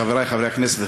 חברי חברי הכנסת,